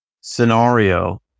scenario